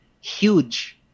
huge